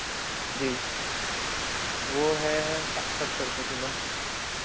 जी वह हैं स सत्तर रुपए किलो